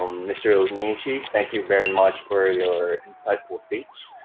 um mr onishi, thank you very much for your insightful speech.